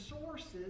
sources